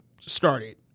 started